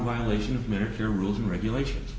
violation of medicare rules and regulations